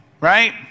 right